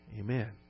Amen